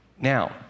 Now